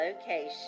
location